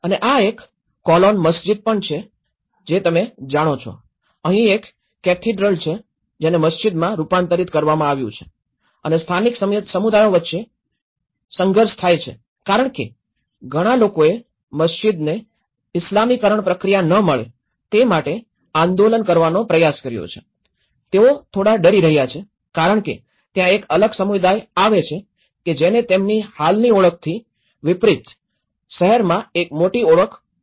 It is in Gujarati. અને આ એક કોલોન મસ્જિદ પણ છે જે તમે જાણો છો અહીં એક કેથેડ્રલ છે જેને મસ્જિદમાં રૂપાંતરિત કરવામાં આવ્યું છે અને સ્થાનિક સમુદાયો વચ્ચે કે સંઘર્ષ થાય છે કારણ કે ઘણા લોકોએ મસ્જિદને ઇસ્લામીકરણ પ્રક્રિયા ન મળે તે માટે આંદોલન કરવાનો પ્રયાસ કર્યો છે તેઓ થોડા ડરી રહ્યા છે કારણ કે ત્યાં એક અલગ સમુદાય આવે છે કે જેને તેમની હાલની ઓળખથી વિપરીત શહેરમાં એક મોટી ઓળખ ઉભી કરી છે